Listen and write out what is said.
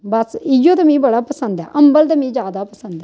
बस इ'यो ते मी बड़ा पसंद ऐ अम्बल ते मी जैदा पसंद ऐ